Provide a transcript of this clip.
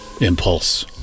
impulse